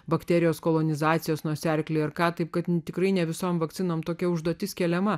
bakterijos kolonizacijos nosiaryklėj ar ką taip kad tikrai ne visom vakcinom tokia užduotis keliama